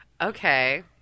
Okay